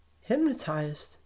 hypnotized